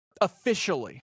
officially